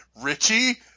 Richie